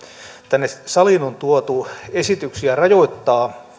tänne saliin on tuotu esityksiä rajoittaa